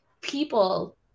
people